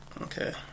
Okay